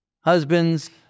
husbands